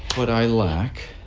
what i lack.